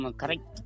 correct